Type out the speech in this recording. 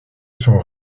sont